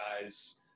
guys